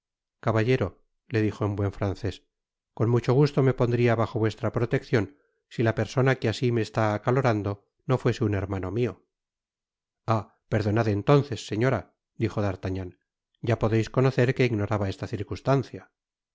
caballero le dijo en buen francés con mucho gusto me pondria bajo vuestra proteccion si la persona que asi me está acalorando no fuese un hermano mio ah perdonad entonces señora dijo d'artagnan ya podeis conocer que ignoraba esta circunstancia